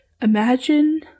imagine